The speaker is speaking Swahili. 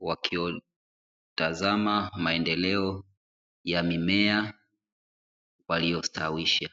wakitazama maendeleo ya mimea waliostawisha.